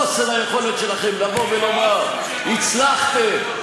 חוסר היכולת שלכם לבוא ולומר: הצלחתם,